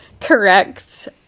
correct